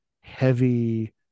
heavy